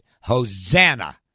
Hosanna